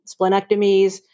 splenectomies